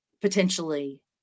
potentially